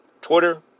Twitter